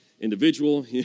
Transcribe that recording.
individual